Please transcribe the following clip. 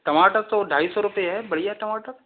टमाटर तो ढाई सौ रुपए है बढ़िया टमाटर